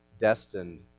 destined